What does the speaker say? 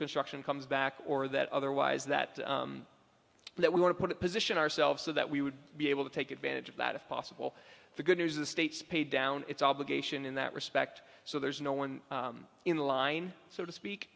construction comes back or that otherwise that we want to put it position ourselves so that we would be able to take advantage of that if possible the good news the states pay down its obligation in that respect so there's no one in line so to speak